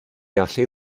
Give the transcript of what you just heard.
allu